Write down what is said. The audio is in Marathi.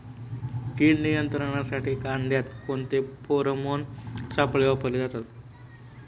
कीड नियंत्रणासाठी कांद्यात कोणते फेरोमोन सापळे वापरले जातात?